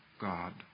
God